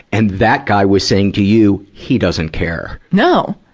and that guy was saying to you, he doesn't care. no!